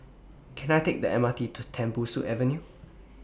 Can I Take The M R T to Tembusu Avenue